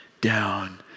down